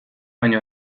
baino